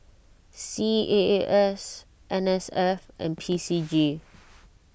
C A A S N S F and P C G